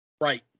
right